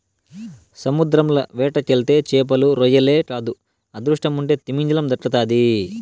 సముద్రంల వేటకెళ్తే చేపలు, రొయ్యలే కాదు అదృష్టముంటే తిమింగలం దక్కతాది